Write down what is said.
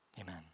amen